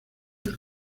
del